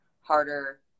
harder